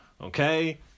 okay